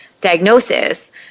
diagnosis